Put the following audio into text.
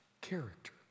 character